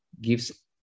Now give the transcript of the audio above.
gives